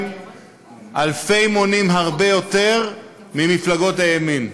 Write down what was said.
אלפי מונים הרבה יותר ממפלגות הימין.